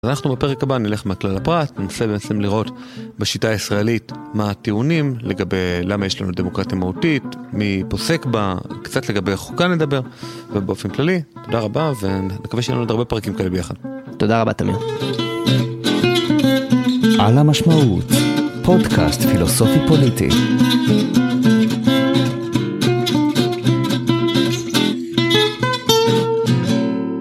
אז אנחנו בפרק הבא נלך מהכלל לפרט, ננסה בעצם לראות בשיטה הישראלית מה הטיעונים לגבי למה יש לנו דמוקרטיה מהותית, מי פוסק בה, קצת לגבי חוקה נדבר, ובאופן כללי, תודה רבה ונקווה שיהיה לנו עוד הרבה פרקים כאלה ביחד. תודה רבה תמיר.